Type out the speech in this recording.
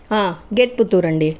gate Puttur అండి